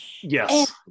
yes